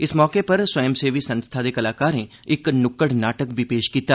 इस मौके उप्पर स्वंय सेवी संस्था दे कलाकारें इक नुक्कड़ नाटक बी पेश कीता